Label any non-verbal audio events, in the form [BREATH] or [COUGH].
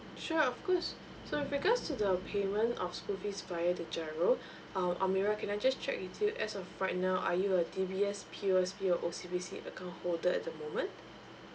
sure of course [BREATH] so with regards to the payment of school fees via the giro [BREATH] um amirah can I just check with you as of right now are you a D_B_S P_O_S_B or O_C_B_C account holder at the moment